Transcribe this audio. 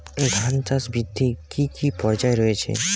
ধান চাষ বৃদ্ধির কী কী পর্যায় রয়েছে?